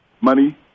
Money